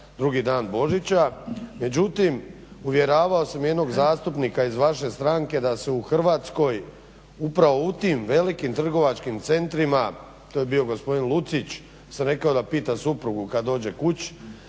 drugi dan Božića. Međutim, uvjeravao sam jednog zastupnika iz vaše stranke da se u Hrvatskoj upravo u tim velikim trgovačkim centrima, to je bio gospodin Lucić, pa sam rekao da pita suprugu kad dođe kući